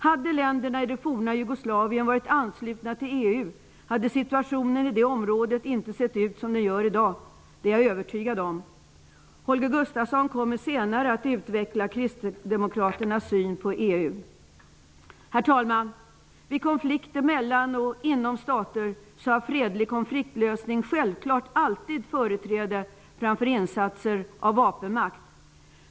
Hade länderna i det forna Jugoslavien varit anslutna till EU hade situationen i det området inte sett ut som den gör i dag. Det är jag övertygad om. Holger Gustafsson kommer senare att utveckla kristdemokraternas syn på EU. Herr talman! Vid konflikter mellan och inom stater har fredlig konfliktlösning självfallet alltid företräde framför insatser av vapenmakt.